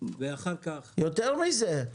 ואחר כך --- יותר מזה.